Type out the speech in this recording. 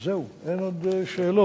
זהו, אין עוד שאלות.